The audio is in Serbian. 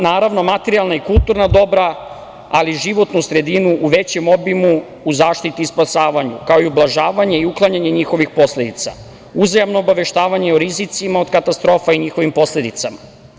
Naravno, materijalna i kulturna dobra, ali životnu sredinu u većem obimu u zaštiti i spasavanju, kao i ublažavanje i uklanjanje njihovih posledica, uzajamno obaveštavanje o rizicima od katastrofa i njihovim posledicama.